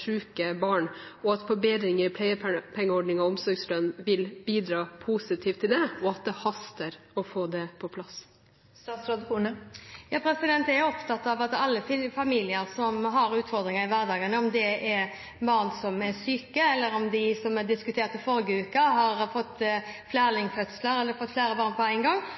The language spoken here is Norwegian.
syke barn, at forbedringer i pleiepengeordning og omsorgslønn vil bidra positivt til det, og at det haster å få det på plass. Jeg er opptatt av alle familier som har utfordringer i hverdagen, enten de har barn som er syke, eller, som vi diskuterte i forrige uke, har hatt flerlingfødsel, fått flere barn på en gang.